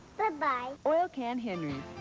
goodbye. oil can henry's.